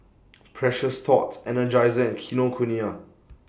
Precious Thots Energizer and Kinokuniya